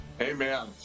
Amen